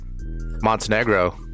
Montenegro